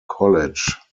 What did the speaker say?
college